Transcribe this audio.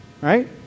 right